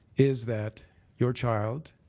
is that your child,